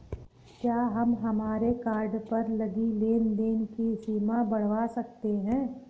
क्या हम हमारे कार्ड पर लगी लेन देन की सीमा बढ़ावा सकते हैं?